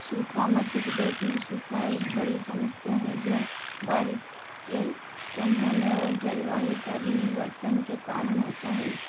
सूखा मध्य प्रदेश में सूखा एक बड़ी समस्या है जो बारिश के कम होने और जलवायु परिवर्तन के कारण होता है